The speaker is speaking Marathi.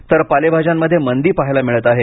तर पालेभाज्यांमध्ये मंदी पाहायला मिळत आहे